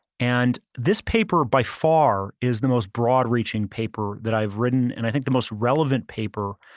and this paper by far is the most broad reaching paper that i've written and i think the most relevant paper,